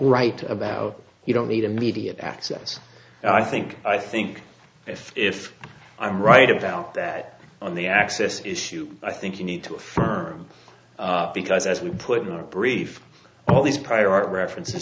right about you don't need immediate access i think i think if if i'm right about that on the access issue i think you need to affirm because as we put in our brief all these prior art references